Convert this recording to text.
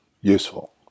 useful